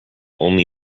only